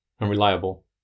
unreliable